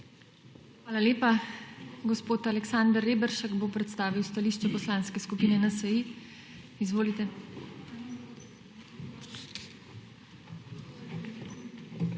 Hvala lepa. Gospod Aleksander Reberšek bo predstavil stališče poslanske skupine NSi. Izvolite.